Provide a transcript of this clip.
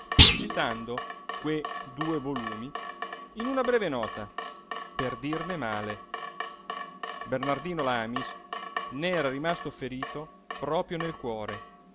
citando que due volumi in una breve nota per dirne male bernardino lamis n'era rimasto ferito proprio nel cuore